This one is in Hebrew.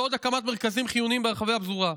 לא עוד הקמת מרכזים חיוניים ברחבי הפזורה.